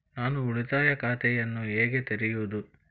ನಾನು ಉಳಿತಾಯ ಖಾತೆಯನ್ನು ಹೇಗೆ ತೆರೆಯುವುದು?